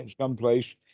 someplace